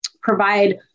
provide